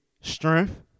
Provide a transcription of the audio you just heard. strength